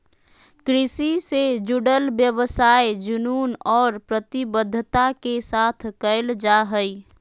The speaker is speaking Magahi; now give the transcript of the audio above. कृषि से जुडल व्यवसाय जुनून और प्रतिबद्धता के साथ कयल जा हइ